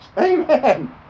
Amen